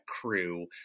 crew